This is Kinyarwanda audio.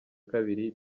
kabiri